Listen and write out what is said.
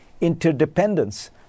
interdependence